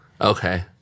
Okay